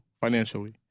financially